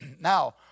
Now